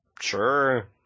sure